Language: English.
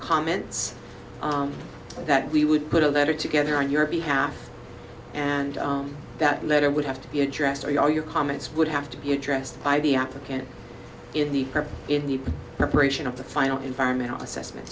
comments that we would put a letter together on your behalf and that letter would have to be addressed to you all your comments would have to be addressed by the applicant in the in the preparation of the final environmental assessment